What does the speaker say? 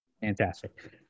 Fantastic